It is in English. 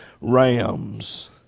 rams